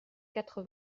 quatre